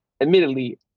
admittedly